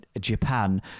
Japan